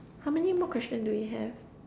how many more question do we have